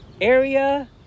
area